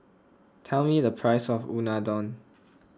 tell me the price of Unadon